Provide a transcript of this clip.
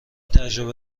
تجربه